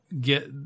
get